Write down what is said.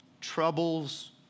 troubles